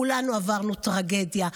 כולנו עברנו טרגדיה.